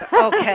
Okay